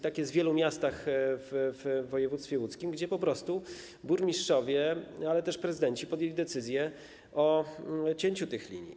Tak jest w wielu miastach w województwie łódzkim, gdzie burmistrzowie, ale też prezydenci podjęli decyzję o cięciu tych linii.